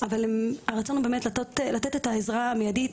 אבל הרצון הוא לתת את העזרה המיידית